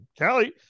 Callie